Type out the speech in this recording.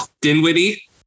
Dinwiddie